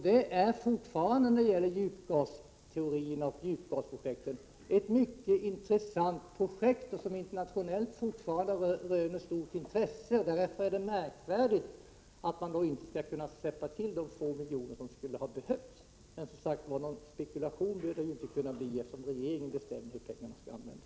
Djupgasprojektet och djupgasteorin är fortfarande av mycket stort internationellt intresse. Därför är det märkvärdigt att regeringen inte skall kunna släppa till de få miljoner som hade behövts. Någon spekulation bör det inte kunna bli eftersom regeringen bestämmer hur pengarna skall användas.